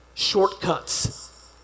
shortcuts